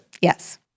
Yes